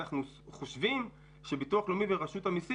אנחנו חושבים שביטוח לאומי ורשות המיסים